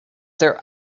their